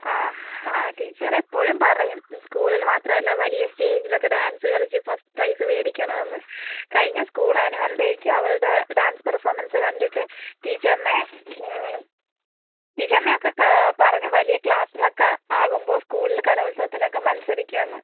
ആ ടീച്ചറേ എപ്പോഴും പറയും സ്കൂളിൽ മാത്രമല്ല വലിയ സ്റ്റേജിലൊക്കെ ഡാൻസ് കളിച്ച് ഫസ്റ്റ് പ്രൈസ് മേടിക്കണമെന്ന് കഴിഞ്ഞ സ്കൂൾ ആനുവൽ ഡേയ്ക്ക് അവളുടെ ഡാൻസ് പെർഫോമൻസ് കണ്ടിട്ട് ടീച്ചറിനെ ടീച്ചറിനെയൊക്കെ ക പറഞ്ഞ് വലിയ ക്ലാസ്സിലൊക്കെ ആകുമ്പോൾ സ്കൂളിൽ കലോത്സവത്തിനൊക്കെ മത്സരിക്കും എന്ന്